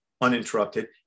uninterrupted